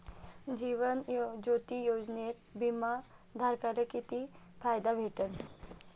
जीवन ज्योती योजनेत बिमा धारकाले किती फायदा भेटन?